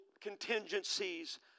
contingencies